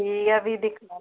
ठीक ऐ भी दिक्खी लैन्नी आं